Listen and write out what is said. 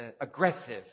aggressive